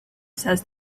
says